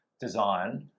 design